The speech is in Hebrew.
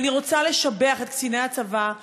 ואני רוצה לשבח את קציני הצבא,